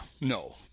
no